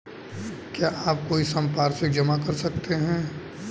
क्या आप कोई संपार्श्विक जमा कर सकते हैं?